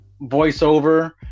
voiceover